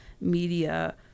media